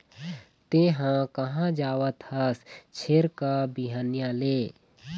तेंहा कहाँ जावत हस छेरका, बिहनिया ले?